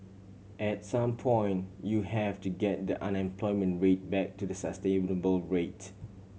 at some point you have to get the unemployment rate back to the sustainable rate